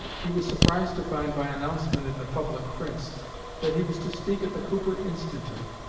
he was surprised to find by announcement in the public prints that he was to speak at the cooper institute.